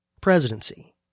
presidency